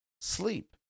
sleep